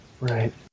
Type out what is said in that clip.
Right